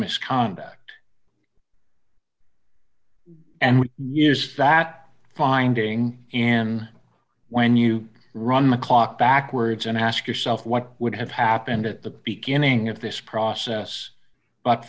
misconduct and we used that finding and when you run the clock backwards and ask yourself what would have happened at the beginning of this process but